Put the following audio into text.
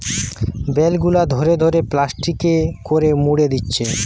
bell গুলা ধরে ধরে প্লাস্টিকে করে মুড়ে দিচ্ছে